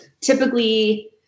Typically